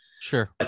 Sure